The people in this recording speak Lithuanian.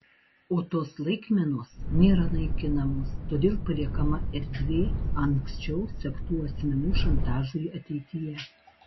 o tos laikmenos nėra naikinamos todėl paliekama erdvė anksčiau sektų asmenų šantažui ateityje